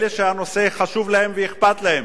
אלה שהנושא חשוב להם ואכפת להם,